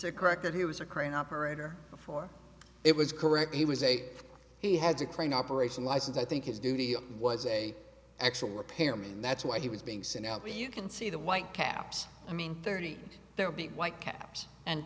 it correct that he was a crane operator before it was correct he was a he had to crane operation license i think his duty was a actual repair me and that's why he was being sent out you can see the white caps i mean thirty there would be white caps and